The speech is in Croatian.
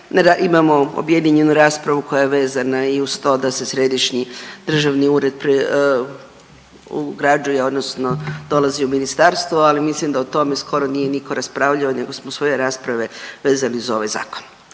imamo objedinjenu raspravu koje je vezana i uz to da se Središnji državni ured ugrađuje odnosno dolazi u ministarstvo, ali mislim da o tome skor nije nitko raspravljao nego smo svoje rasprave vezali uz ovaj zakon.